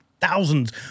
thousands